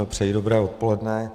Přeji dobré odpoledne.